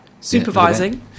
supervising